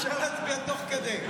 אפשר להצביע תוך כדי.